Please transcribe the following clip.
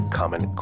common